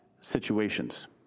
situations